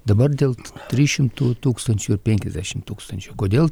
dabar dėl trys šimtų tūkstančių ir penkiasdešim tūkstančių kodėl